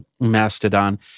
Mastodon